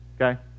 okay